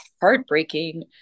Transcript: heartbreaking